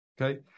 Okay